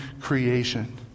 creation